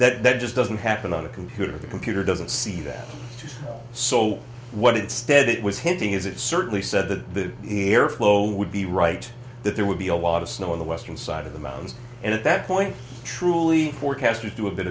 that that just doesn't happen on a computer the computer doesn't see that so what instead it was hitting is it certainly said that he airflow would be right that there would be a lot of snow on the western side of the mountains and at that point truly forecasters do a bit